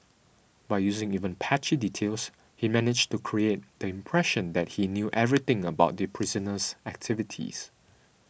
by using even patchy details he managed to create the impression that he knew everything about the prisoner's activities